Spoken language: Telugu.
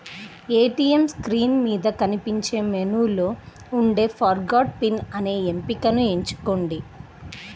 ఏటీయం స్క్రీన్ మీద కనిపించే మెనూలో ఉండే ఫర్గాట్ పిన్ అనే ఎంపికను ఎంచుకోండి